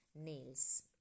nails